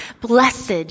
blessed